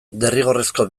derrigorrezko